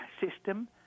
system